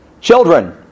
Children